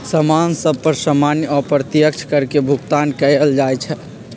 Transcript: समान सभ पर सामान्य अप्रत्यक्ष कर के भुगतान कएल जाइ छइ